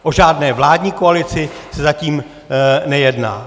O žádné vládní koalici se zatím nejedná.